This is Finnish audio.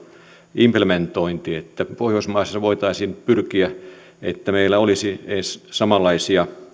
implementointi pohjoismaissa voitaisiin pyrkiä siihen että meillä olisi edes samanlaisia